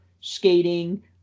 skating